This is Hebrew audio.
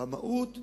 במהות,